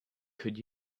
could